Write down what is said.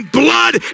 blood